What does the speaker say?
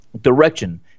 direction